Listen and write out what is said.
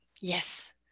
yes